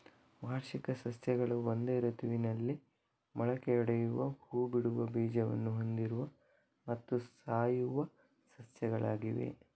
ವಾರ್ಷಿಕ ಸಸ್ಯಗಳು ಒಂದೇ ಋತುವಿನಲ್ಲಿ ಮೊಳಕೆಯೊಡೆಯುವ ಹೂ ಬಿಡುವ ಬೀಜವನ್ನು ಹೊಂದಿರುವ ಮತ್ತು ಸಾಯುವ ಸಸ್ಯಗಳಾಗಿವೆ